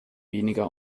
weniger